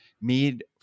made